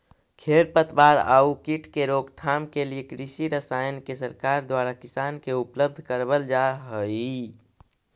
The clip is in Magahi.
खेर पतवार आउ कीट के रोकथाम के लिए कृषि रसायन के सरकार द्वारा किसान के उपलब्ध करवल जा हई